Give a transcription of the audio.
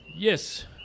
Yes